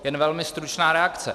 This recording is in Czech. Jen velmi stručná reakce.